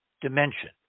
dimension